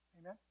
Amen